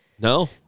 no